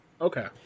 Okay